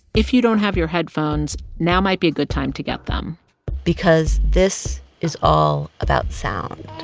if you don't have your headphones, now might be a good time to get them because this is all about sound